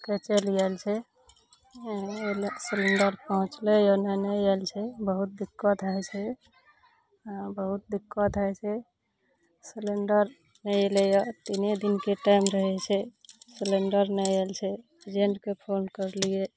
के चलि आयल छै अइ नहि नहि आयल छै बहुत दिक्कत होइ छै बहुत दिक्कत होइ छै सिलिण्डर नहि अइलइए तीने दिनके टाइम रहय छै सिलिंडर नहि आयल छै एजेंटके फोन करलियै